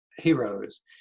heroes